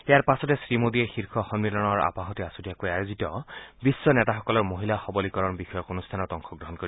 ইয়াৰ পাছতে শ্ৰীমোডীয়ে শীৰ্য সম্মিলনৰ আপাহতে আছুতিয়াকৈ আয়োজিত বিশ্ব নেতাসকলৰ মহিলা সৱলীকৰণ বিষয়ক অনুষ্ঠানত অংশগ্ৰহণ কৰিব